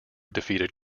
defeated